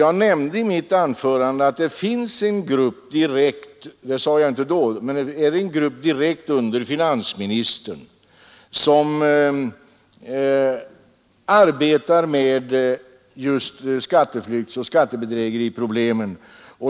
Jag nämnde i mitt anförande att det finns en grupp som — direkt under finansministern, vilket jag dock inte sade förut — arbetar med just skatteflyktoch skattebedrägeriproblemen.